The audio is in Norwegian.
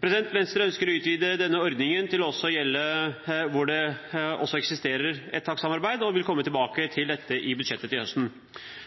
Venstre ønsker å utvide denne ordningen til også å gjelde der det eksisterer et takstsamarbeid, og vil komme tilbake til dette i budsjettet til høsten.